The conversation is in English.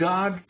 God